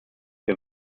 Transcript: wir